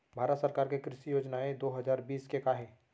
भारत सरकार के कृषि योजनाएं दो हजार बीस के का हे?